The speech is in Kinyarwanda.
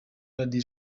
radio